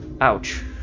ouch